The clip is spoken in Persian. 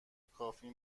کافی